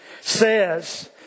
says